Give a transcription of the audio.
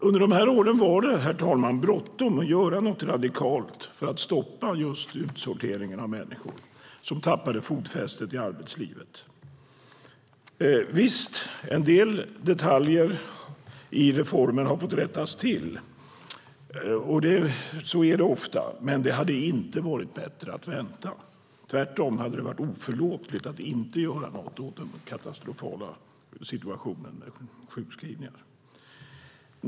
Under dessa år var det bråttom att göra något radikalt för att stoppa just utsorteringen av människor som tappade fotfästet i arbetslivet. Visst har en del detaljer i reformen fått rättas till. Så är det ofta. Men det hade inte varit bättre att vänta. Tvärtom hade det varit oförlåtligt att inte göra något åt den katastrofala situationen med sjukskrivningarna.